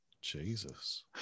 Jesus